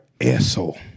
asshole